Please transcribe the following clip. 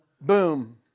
boom